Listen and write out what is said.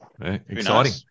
Exciting